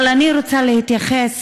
אבל אני רוצה להתייחס